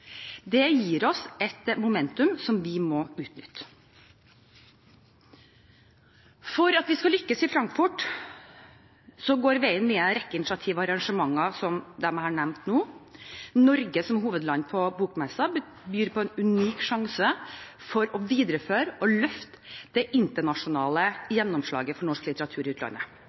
Det gir oss et momentum vi må utnytte. For at vi skal lykkes i Frankfurt, går veien via en rekke initiativ og arrangementer, som dem jeg har nevnt nå. Norge som hovedland på bokmessen byr på en unik sjanse til å videreføre og løfte det internasjonale gjennomslaget for norsk litteratur i utlandet.